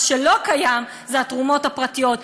מה שלא קיים זה השקיפות של התרומות הפרטיות.